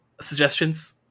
suggestions